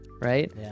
Right